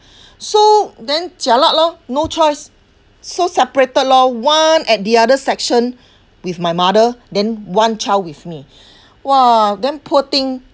so then jialat lor no choice so separated lor one at the other section with my mother then one child with me !wah! then poor thing